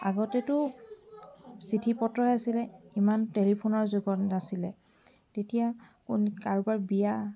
আগতেতো চিঠি পত্ৰহে আছিলে ইমান টেলিফোনৰ যুগত নাছিলে তেতিয়া কাৰোবাৰ বিয়া